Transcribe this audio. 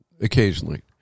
occasionally